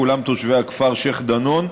כולם תושבי הכפר שיח' דנון,